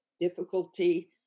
difficulty